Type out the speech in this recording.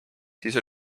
siis